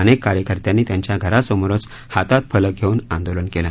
अनेक कार्यकर्त्यानी त्यांच्या घरासमोरच हातात फलक घेउन आंदोलन केलं